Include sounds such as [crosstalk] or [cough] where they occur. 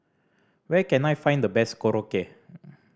where can I find the best Korokke [noise]